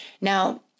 Now